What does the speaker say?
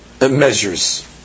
measures